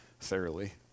thoroughly